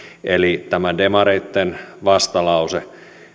eli tämä demareitten vastalause